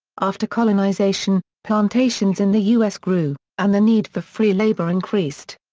after colonization, plantations in the u s. grew, and the need for free labor increased.